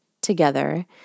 together